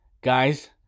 guys